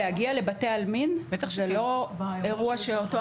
להגיע לבתי העלמין זה לא אירוע שאותו